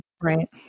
Right